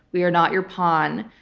we are not your pawn.